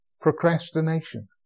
Procrastination